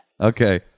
okay